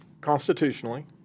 constitutionally